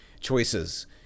choices